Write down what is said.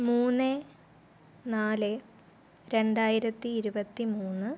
മൂന്ന് നാല് രണ്ടായിരത്തി ഇരുപത്തി മൂന്ന്